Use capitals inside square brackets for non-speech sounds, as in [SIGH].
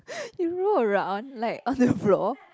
[LAUGHS] you roll around like on the floor